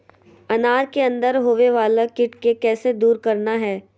अनार के अंदर होवे वाला कीट के कैसे दूर करना है?